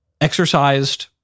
exercised